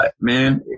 man